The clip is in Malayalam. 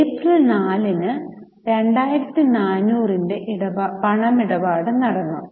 ഏപ്രിൽ 4 ന് 2400 ന്റെ പണമിടപാട് നടന്നു